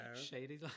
Shady